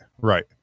right